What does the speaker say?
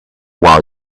while